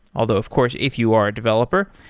although of course if you are a developer,